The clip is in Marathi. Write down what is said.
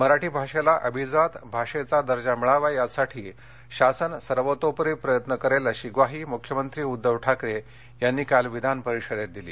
मराठी भाषेला अभिजात भाषेचा दर्जा मिळावा यासाठी शासन सर्वतोपरी प्रयत्न करेल अशी ग्वाही मुख्यमंत्री उद्धव ठाकरे यांनी काल विधानपरिषदेत दिली